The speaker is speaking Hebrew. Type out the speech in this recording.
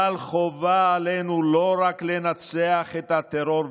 אבל חובה עלינו לא רק לנצח את הטרור,